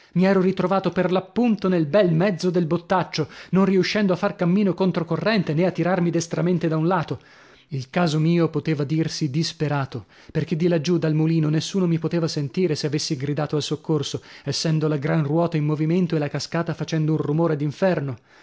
mi ero ritrovato per l'appunto nel bel mezzo del bottaccio non riuscendo a far cammino contro corrente nè a tirarmi destramente da un lato il caso mio poteva dirsi disperato perchè di laggiù dal mulino nessuno mi poteva sentire se avessi gridato al soccorso essendo la gran ruota in movimento e la cascata facendo un rumore